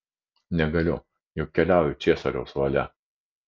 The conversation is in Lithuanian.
negaliu juk keliauju ciesoriaus valia